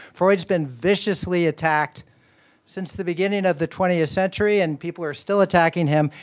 freud's been viciously attacked since the beginning of the twentieth century and people are still attacking him,